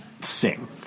sing